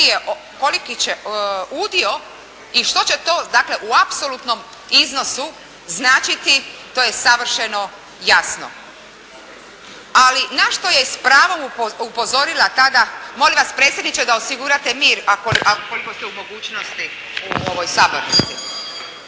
će udio i što će to dakle u apsolutnom iznosu značiti, to je savršeno jasno. Ali, na što je spravom upozorila tada, molim vas predsjedniče da osigurate mir ukoliko ste u mogućnosti u ovoj sabornici.